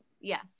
Yes